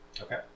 Okay